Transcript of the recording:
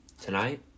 tonight